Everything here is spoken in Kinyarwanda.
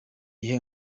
gihe